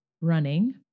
running